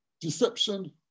deception